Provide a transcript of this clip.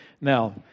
Now